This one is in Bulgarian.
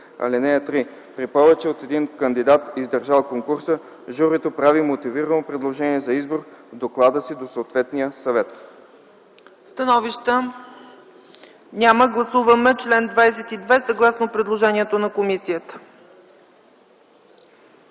избор. (3) При повече от един кандидат, издържал конкурса, журито прави мотивирано предложение за избор в доклада си до съответния съвет.” ПРЕДСЕДАТЕЛ ЦЕЦКА ЦАЧЕВА: Становище? Няма. Гласуваме чл. 22 съгласно предложението на комисията.